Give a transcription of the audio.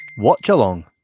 watch-along